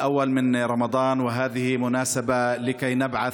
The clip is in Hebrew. (אומר דברים בשפה הערבית,